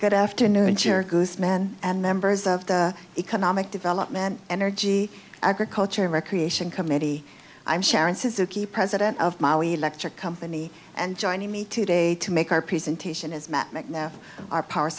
good afternoon jericho's men and members of the economic development energy agriculture recreation committee i'm sharon suzuki president of mali electric company and joining me today to make our presentation is matt mcnabb our power